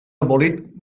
abolit